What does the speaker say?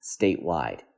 statewide